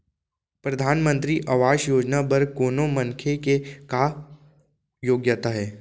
परधानमंतरी आवास योजना बर कोनो मनखे के का योग्यता हे?